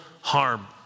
harm